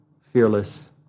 fearless